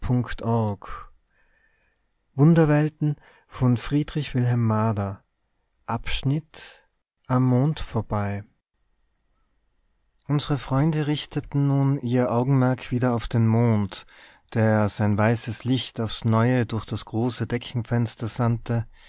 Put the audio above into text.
am mond vorbei unsere freunde richteten nun ihr augenmerk wieder auf den mond der sein weißes licht aufs neue durch das große deckenfenster sandte